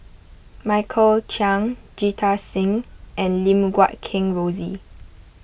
Michael Chiang Jita Singh and Lim Guat Kheng Rosie